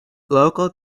local